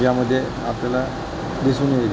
यामध्ये आपल्याला दिसून येईल